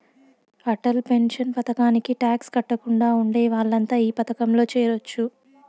Atal pension పథకానికి tax కట్టకుండా ఉండే వాళ్లంతా ఈ పథకంలో చేరొచ్చు